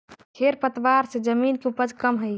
खेर पतवार से जमीन के उपज कमऽ हई